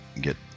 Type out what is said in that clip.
get